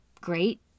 great